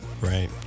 Right